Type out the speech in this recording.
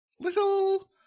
little